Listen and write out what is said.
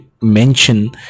mention